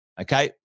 okay